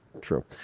true